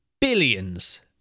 billions